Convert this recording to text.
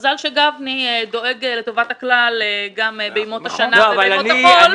מזל שגפני דואג לטובת הכלל גם בימות השנה ובימות החול.